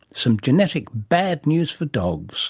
some genetic bad news for dogs